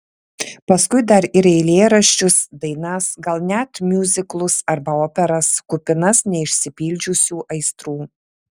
paskui dar ir eilėraščius dainas gal net miuziklus arba operas kupinas neišsipildžiusių aistrų